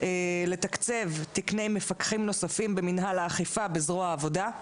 לתקצב תקני מפקחים נוספים במינהל האכיפה בזרוע העבודה;